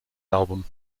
album